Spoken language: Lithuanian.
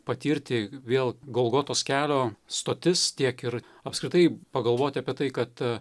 patirti vėl golgotos kelio stotis tiek ir apskritai pagalvoti apie tai kad